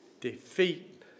Defeat